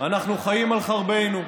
אנחנו חיים על חרבנו.